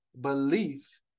belief